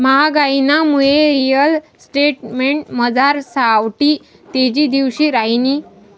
म्हागाईनामुये रिअल इस्टेटमझार सावठी तेजी दिवशी रहायनी